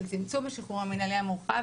של צמצום השחרור המינהלי המורחב,